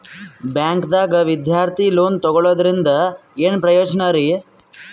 ಬ್ಯಾಂಕ್ದಾಗ ವಿದ್ಯಾರ್ಥಿ ಲೋನ್ ತೊಗೊಳದ್ರಿಂದ ಏನ್ ಪ್ರಯೋಜನ ರಿ?